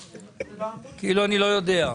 כאילו אני לא יודע.